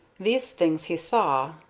these things he saw,